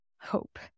hope